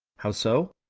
how so?